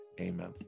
Amen